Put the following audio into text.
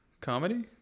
Comedy